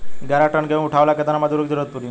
ग्यारह टन गेहूं उठावेला केतना मजदूर के जरुरत पूरी?